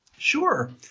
Sure